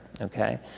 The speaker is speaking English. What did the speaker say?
okay